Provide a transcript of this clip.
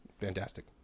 Fantastic